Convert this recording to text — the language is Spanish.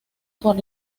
por